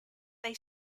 they